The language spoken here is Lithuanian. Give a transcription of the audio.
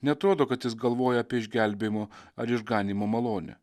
neatrodo kad jis galvoja apie išgelbėjimo ar išganymo malonę